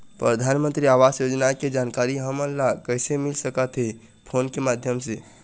परधानमंतरी आवास योजना के जानकारी हमन ला कइसे मिल सकत हे, फोन के माध्यम से?